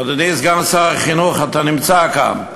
אדוני סגן שר החינוך, אתה נמצא כאן,